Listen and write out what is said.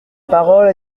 parole